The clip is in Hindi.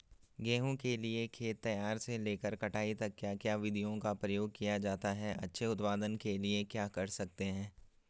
गेहूँ के लिए खेत तैयार से लेकर कटाई तक क्या क्या विधियों का प्रयोग किया जाता है अच्छे उत्पादन के लिए क्या कर सकते हैं?